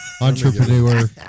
entrepreneur